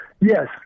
Yes